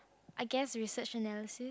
I guess research analysis